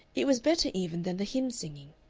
it was better even than the hymn-singing.